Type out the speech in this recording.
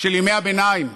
של ימי הביניים,